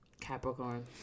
Capricorn